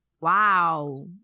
wow